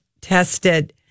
tested